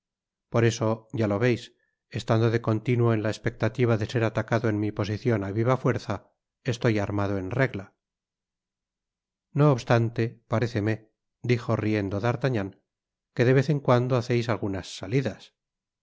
por eso ya lo veis estando de continuo en la espectativa de ser atacado en mi posicion á viva fuerza estoy armado en regla no obstante paréceme dijo riendo d'artagnan que de vez en cuando haceis algunas salidas